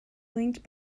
linked